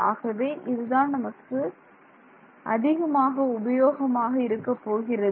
ஆகவே இது தான் நமக்கு அதிகமாக உபயோகமாக இருக்கப்போகிறது